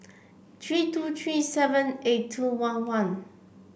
three two three seven eight two one one